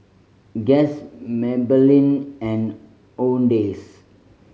Guess Maybelline and Owndays